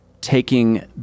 taking